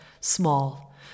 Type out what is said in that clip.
small